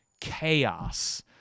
chaos